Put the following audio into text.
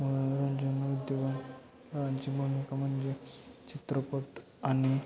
मनोरंजन उद्योगां गांची भूमिका म्हणजे चित्रपट आणि